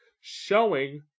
showing